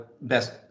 best